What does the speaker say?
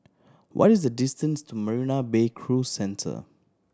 what is the distance to Marina Bay Cruise Centre